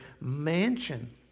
mansion